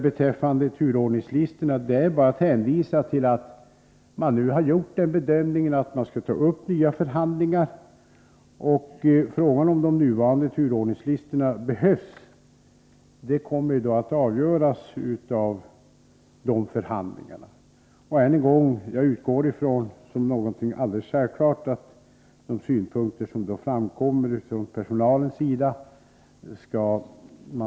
Beträffande turordningslistorna innebär svaret från min sida att jag hänvisar till att man nu gjort den bedömningen att nya förhandlingar skall tas upp. Huruvida de nuvarande turordningslistorna behövs kommer att avgöras vid dessa förhandlingar. Än en gång vill jag framhålla att jag utgår från, som något alldeles självklart, att man skall ta hänsyn till de synpunkter som därvid framförs från personalens sida.